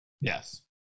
Yes